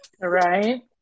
Right